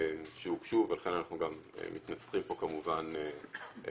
שהוגשו ולכן אנחנו גם מתנסחים פה כמובן בזהירות.